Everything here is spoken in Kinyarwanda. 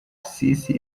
sisi